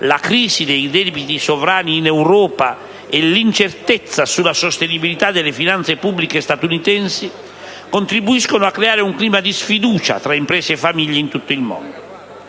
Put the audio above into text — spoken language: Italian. la crisi dei debiti sovrani in Europa e l'incertezza sulla sostenibilità delle finanze pubbliche statunitensi, contribuiscono a creare un clima di sfiducia tra imprese e famiglie in tutto il mondo.